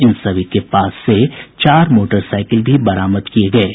इन सभी के पास से चार मोटरसाईकिल भी बरामद किये गये हैं